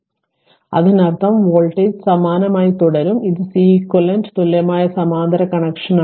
അതിനാൽ അതിനർത്ഥം വോൾട്ടേജ് സമാനമായി തുടരും ഇത് Ceq തുല്യമായ സമാന്തര കണക്ഷനാണ്